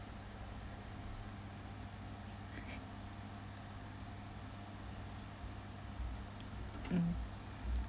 mm